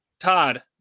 Todd